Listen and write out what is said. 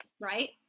Right